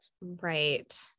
right